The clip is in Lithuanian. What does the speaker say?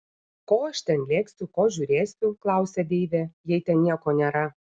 ko aš ten lėksiu ko žiūrėsiu klausia deivė jei ten nieko nėra